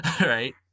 Right